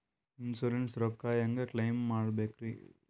Insurance ರೊಕ್ಕ ಹೆಂಗ claim ಮಾಡ್ಬೇಕ್ರಿ?